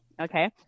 Okay